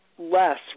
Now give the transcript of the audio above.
Less